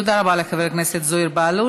תודה רבה לחבר הכנסת זוהיר בהלול.